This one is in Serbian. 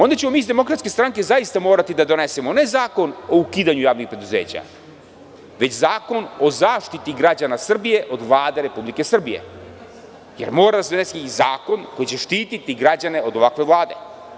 Onda ćemo mi iz DS zaista morati da donesemo, ne zakon o ukidanju javnih preduzeća, već zakon o zaštiti građana Srbije od Vlade Republike Srbije jer mora da se donese zakon koji će štititi građane od ovakve Vlade.